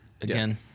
again